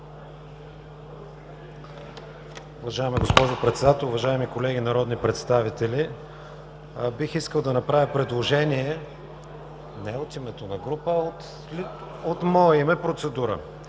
Уважаема госпожо Председател, уважаеми колеги народни представители! Бих искал да направя предложение не от името на група, а от мое име – процедура.